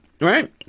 right